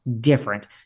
different